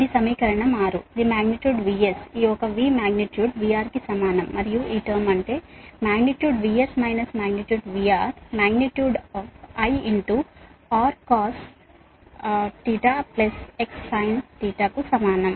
ఇది సమీకరణం 6 ఇది మాగ్నిట్యూడ్ VS ఈ ఒక V మాగ్నిట్యూడ్ VR కి సమానం మరియు ఈ టర్మ్ అంటే magnitude Vs minus magnitude VR magnitude I Rcos cos δ Xsin sin δ కు సమానం